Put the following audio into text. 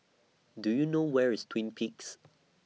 Do YOU know Where IS Twin Peaks